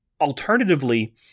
Alternatively